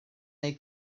neu